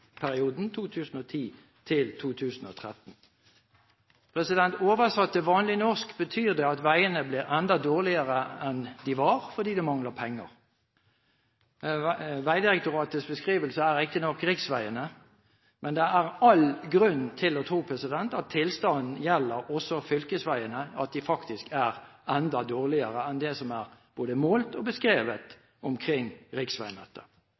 Oversatt til vanlig norsk betyr det at veiene blir enda dårligere enn de var fordi det mangler penger. Vegdirektoratets beskrivelser er riktignok av riksveiene, men det er all grunn til å tro at tilstanden også gjelder fylkesveiene – at de faktisk er enda dårligere enn det som er både målt og beskrevet omkring riksveinettet.